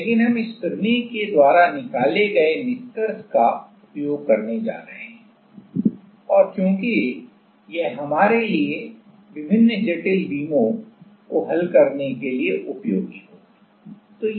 लेकिन हम इस प्रमेय के द्वारा निकाले गए निष्कर्ष का उपयोग करने जा रहे हैं और क्योंकि यह हमारे लिए विभिन्न जटिल बीमों को हल करने के लिए उपयोगी होगा